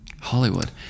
hollywood